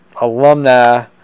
alumni